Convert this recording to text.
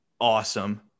Awesome